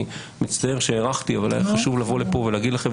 אני מצטער שהארכתי אבל היה חשוב לי לבוא לכאן ולדבר אתכם.